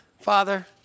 Father